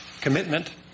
commitment